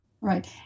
Right